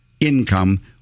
income